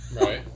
Right